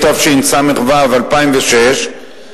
התשס"ו 2006,